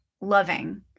loving